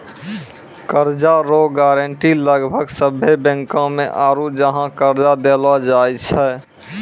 कर्जा रो गारंटी लगभग सभ्भे बैंको मे आरू जहाँ कर्जा देलो जाय छै